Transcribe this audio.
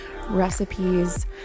recipes